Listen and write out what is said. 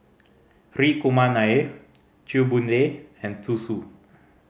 Hri Kumar Nair Chew Boon Lay and Zhu Xu